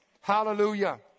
Hallelujah